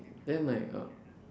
then like uh